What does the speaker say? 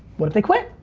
what if they quit?